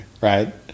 right